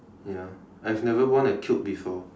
ya I have never worn a cube before